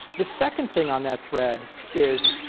the second thing on that thread is,